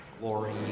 Glory